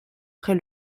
après